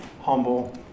humble